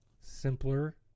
simpler